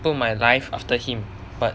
put my life after him but